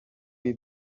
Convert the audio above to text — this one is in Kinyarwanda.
b’i